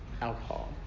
alcohol